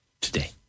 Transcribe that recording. today